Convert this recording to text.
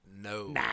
No